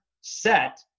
set